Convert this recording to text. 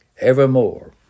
evermore